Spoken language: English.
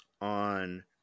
on